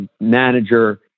manager